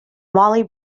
molly